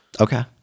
Okay